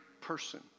person